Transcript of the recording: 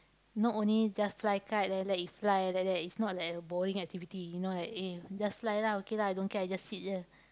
not only just fly kite and let it fly like that it's not like a boring activity you know like eh just fly lah okay lah I don't care I just sit here